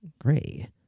gray